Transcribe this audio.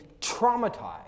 traumatized